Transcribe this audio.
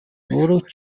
өөрөө